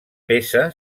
peça